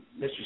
Mr